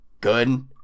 good